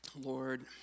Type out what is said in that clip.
Lord